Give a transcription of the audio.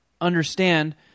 understand